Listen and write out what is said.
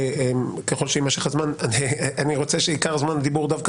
ככל שיימשך הזמן אני רוצה שעיקר זמן דיבור דווקא